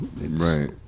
right